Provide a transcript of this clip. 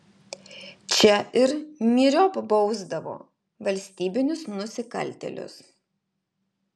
čia ir myriop bausdavo valstybinius nusikaltėlius